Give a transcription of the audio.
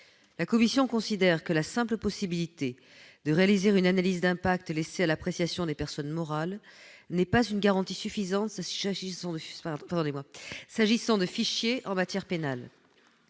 La commission considère que la simple possibilité de réaliser une analyse d'impact laissée à l'appréciation des personnes morales n'est pas une garantie suffisante s'agissant de fichiers en matière pénale.